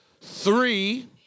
three